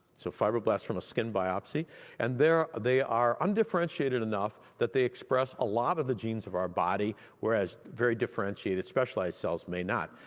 so fibroblasts from a skin biopsy and they are they are undifferentiated enough that they express a lot of the genes of our body, whereas very differentiated specialized cells may not.